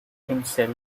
himself